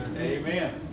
Amen